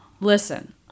Listen